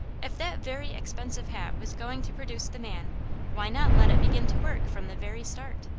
if that very expensive hat was going to produce the man why not let it begin to work from the very start?